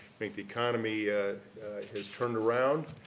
think the economy has turned around,